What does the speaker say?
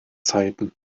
zeiten